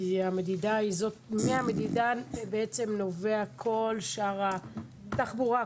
כי מהמדידה בעצם נובע כל השאר תחבורה,